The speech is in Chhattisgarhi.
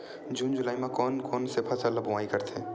जून जुलाई म कोन कौन से फसल ल बोआई करथे?